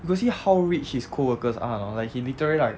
you got see how rich his coworkers are or not like he literally like